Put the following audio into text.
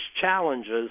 challenges